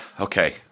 Okay